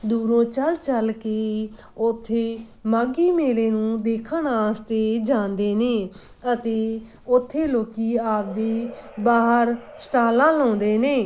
ਦੂਰੋਂ ਚਲ ਚਲ ਕੇ ਉੱਥੇ ਮਾਘੀ ਮੇਲੇ ਨੂੰ ਦੇਖਣ ਵਾਸਤੇ ਜਾਂਦੇ ਨੇ ਅਤੇ ਉੱਥੇ ਲੋਕੀ ਆਪਦੀ ਬਾਹਰ ਸਟਾਲਾਂ ਲਾਉਂਦੇ ਨੇ